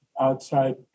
outside